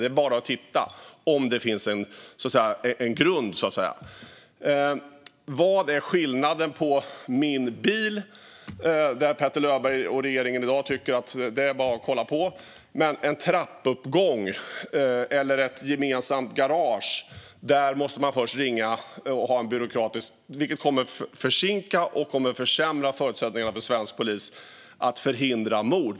Det är bara att titta, om det finns en grund. Vad är skillnaden mellan min bil, där Petter Löberg och regeringen i dag tycker att det bara är att kolla på, och en trappuppgång eller ett gemensamt garage, där man först måste ringa och det krävs byråkrati, vilket kommer att försinka och försämra förutsättningarna för svensk polis att förhindra mord?